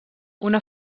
una